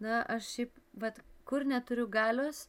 na aš šiaip vat kur neturiu galios